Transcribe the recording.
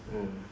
mm